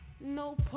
no